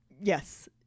Yes